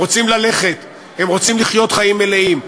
הם רוצים ללכת, הם רוצים לחיות חיים מלאים.